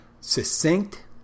succinct